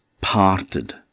parted